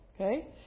okay